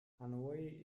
hanoi